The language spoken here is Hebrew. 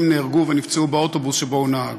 אף שנוסעים נהרגו ונפצעו באוטובוס שבו הוא נהג.